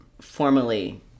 formally